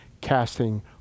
casting